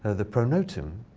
ah the pronotum,